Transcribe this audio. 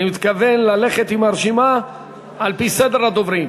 אני מתכוון ללכת עם הרשימה על-פי סדר הדוברים.